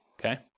okay